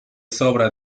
sobra